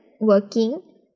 working